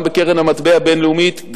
גם בקרן המטבע הבין-לאומית,